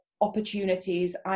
opportunities